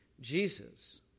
Jesus